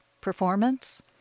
performance